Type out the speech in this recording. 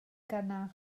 gynnar